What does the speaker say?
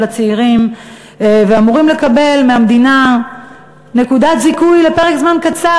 הצעירים ואמורים לקבל מהמדינה נקודת זיכוי לפרק זמן קצר,